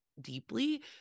deeply